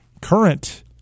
current